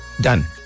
done